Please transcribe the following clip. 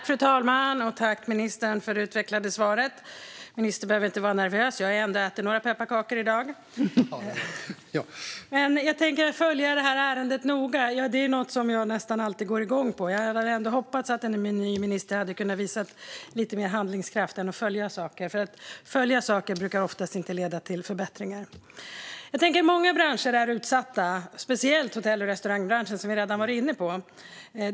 Fru talman! Jag tackar ministern för det utvecklade svaret. Ministern behöver inte vara nervös - jag har ändå ätit några pepparkakor i dag. "Vi kommer att fortsätta följa ärendet väldigt noga" - det är en typ av uttalande som jag nästan alltid går igång på. Jag hade ändå hoppats att en ny minister hade kunnat visa lite mer handlingskraft än att säga att han ska följa saker. Att man följer saker brukar oftast inte leda till förbättringar. Många branscher är utsatta, speciellt hotell och restaurangbranschen, som vi redan har varit inne på.